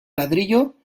ladrillo